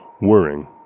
whirring